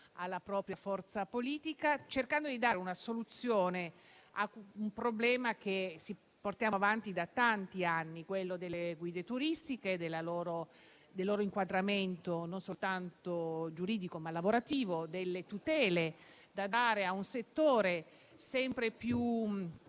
alla propria forza politica, cercando di dare soluzione a un problema che ci portiamo avanti da tanti anni, quello delle guide turistiche e del loro inquadramento non soltanto giuridico, ma anche lavorativo, delle tutele da dare a un settore sempre più